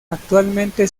actualmente